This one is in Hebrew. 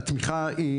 והתמיכה שלו,